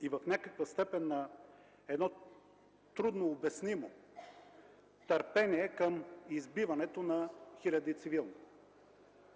и в някаква степен на трудно обяснимо търпение към избиването на хиляди цивилни,